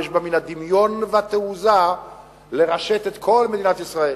יש בה מין הדמיון והתעוזה לרשת את כל מדינת ישראל,